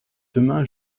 demain